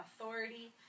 authority